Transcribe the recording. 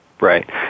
Right